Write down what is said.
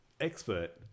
expert